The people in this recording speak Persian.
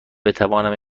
بتوانم